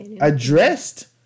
addressed